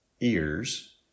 ears